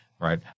right